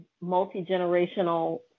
multi-generational